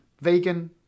vegan